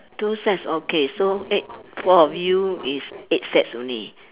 two sets okay so eight four of you is eight sets only